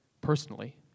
personally